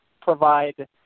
provide